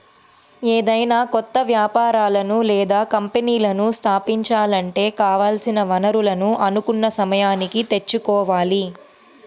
ఏదైనా కొత్త వ్యాపారాలను లేదా కంపెనీలను స్థాపించాలంటే కావాల్సిన వనరులను అనుకున్న సమయానికి తెచ్చుకోవాలి